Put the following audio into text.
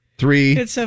Three